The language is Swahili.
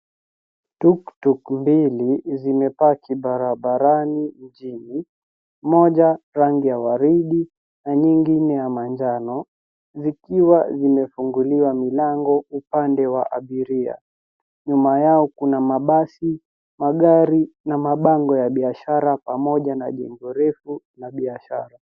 Tuktuk mbili zimepaki barabarani mjini, moja rangi ya waridi na nyingine ya manjano, zikiwa zimefunguliwa milango upande wa abiria. Nyuma yao kuna mabasi, magari, na mabango ya biashara pamoja na jengo refu la biashara.